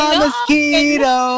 mosquito